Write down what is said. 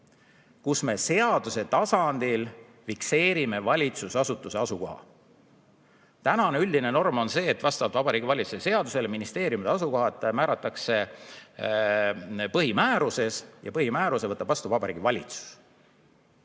me seaduse tasandil fikseeriksime valitsusasutuse asukoha. Üldine norm on see, et vastavalt Vabariigi Valitsuse seadusele ministeeriumide asukohad määratakse põhimääruses ja põhimääruse võtab vastu Vabariigi Valitsus.